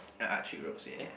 ah ah three roles ya ya